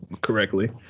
correctly